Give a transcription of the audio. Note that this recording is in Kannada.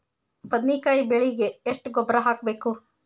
ಬದ್ನಿಕಾಯಿ ಬೆಳಿಗೆ ಎಷ್ಟ ಗೊಬ್ಬರ ಹಾಕ್ಬೇಕು?